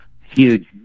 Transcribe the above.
huge